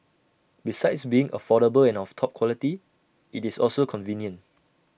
besides being affordable and of top quality IT is also convenient